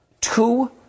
Two